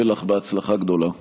שיהיה לך בהצלחה גדולה.